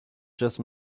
just